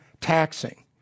taxing